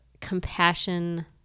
compassion